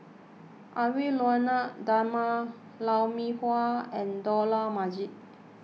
Edwy Lyonet Talma Lou Mee Wah and Dollah Majid